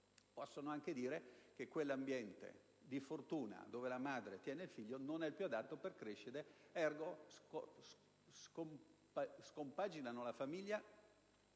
possono anche dire che quell'ambiente di fortuna dove la madre tiene il figlio non è più adatto per crescere. La famiglia